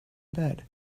bed